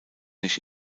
nicht